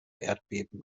erdbeben